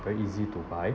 very easy to buy